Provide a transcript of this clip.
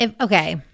Okay